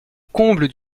comble